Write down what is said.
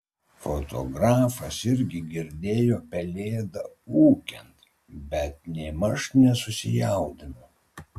fotografas irgi girdėjo pelėdą ūkiant bet nėmaž nesusijaudino